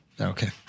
Okay